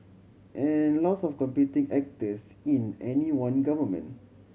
and lots of competing actors in any one government